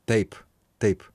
taip taip